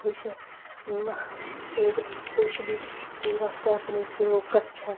कुछ सेह्त कुछ बी ओह्दे बास्तै अपनी ओह् करचै